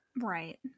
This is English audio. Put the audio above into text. Right